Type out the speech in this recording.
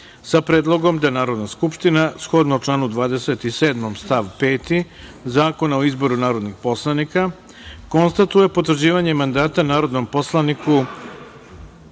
sa predlogom da Narodna skupština shodno članu 27. stav 5. Zakona o izboru narodnih poslanika, konstatuje potvrđivanje mandata narodnom poslaniku